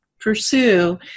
pursue